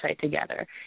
together